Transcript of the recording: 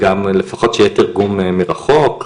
וגם לפחות שיהיה תרגום מרחוק,